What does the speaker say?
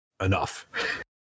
enough